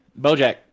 BoJack